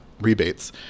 rebates